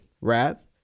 wrath